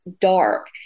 dark